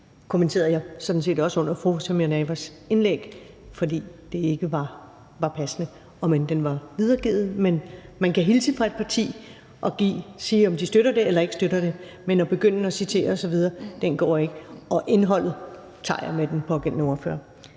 kommenterede jeg sådan set også under fru Samira Nawas indlæg, fordi det ikke var passende, om end den var videregivet. Man kan hilse fra et parti og sige, om de støtter det eller ikke støtter det, men at begynde at citere osv. går ikke, og indholdet tager jeg med den pågældende ordfører.